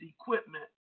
equipment